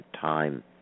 time